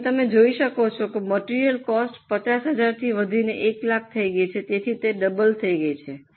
જેમ તમે જોઈ શકો છો કે મટીરીયલ કોસ્ટ 50000 થી વધીને 100000 થઈ છે તેથી તે ડબલ થઈ ગઈ છે